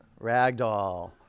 Ragdoll